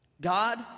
God